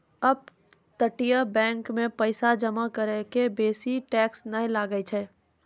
अपतटीय बैंको मे पैसा जमा करै के बेसी टैक्स नै लागै छै